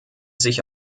sich